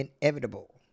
inevitable